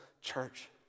church